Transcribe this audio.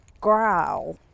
growl